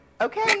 Okay